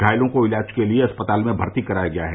घायलों को इलाज के लिए अस्पताल में भर्ती कराया गया है